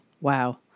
Wow